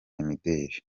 imideli